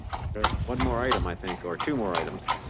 okay. one more item, i think. or two more items.